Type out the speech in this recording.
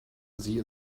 sie